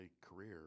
career